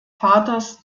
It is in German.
vaters